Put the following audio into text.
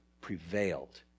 prevailed